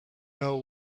know